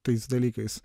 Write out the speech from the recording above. tais dalykais